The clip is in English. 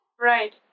Right